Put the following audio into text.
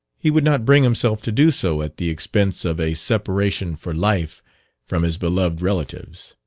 he would not bring himself to do so at the expense of a separation for life from his beloved relatives.